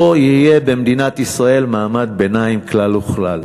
לא יהיה במדינת ישראל מעמד ביניים כלל וכלל.